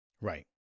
Right